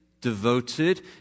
devoted